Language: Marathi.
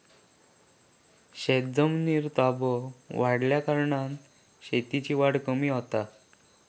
शेतजमिनीर ताबो वाढल्याकारणान शेतीची वाढ कमी होता